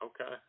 Okay